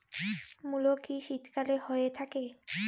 মূলো কি শীতকালে হয়ে থাকে?